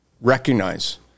recognize